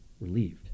relieved